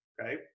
okay